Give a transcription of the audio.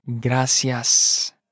Gracias